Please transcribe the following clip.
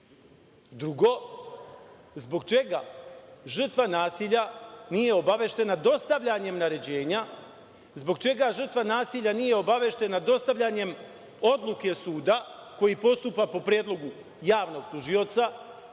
zbog čega žrtva nasilja nije obaveštena dostavljanjem naređenja? Zbog čega žrtva nasilja nije obaveštena dostavljanjem odluke suda koji postupa po predlogu javnog tužioca?